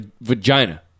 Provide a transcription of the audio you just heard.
vagina